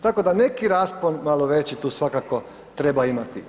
Tako da neki raspon malo veći tu svakako treba imati.